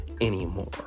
anymore